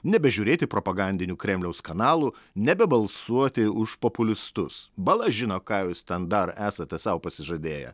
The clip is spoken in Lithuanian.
nebežiūrėti propagandinių kremliaus kanalų nebebalsuoti už populistus bala žino ką jūs ten dar esate sau pasižadėję